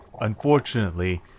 Unfortunately